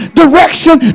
direction